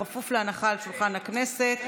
בכפוף להנחה על שולחן הכנסת,